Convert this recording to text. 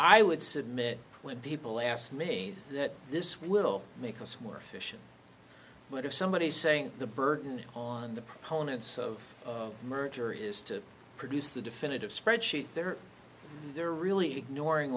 i would submit when people ask me that this will make us more efficient but have somebody saying the burden on the proponents of merger is to produce the definitive spreadsheet there and they're really ignoring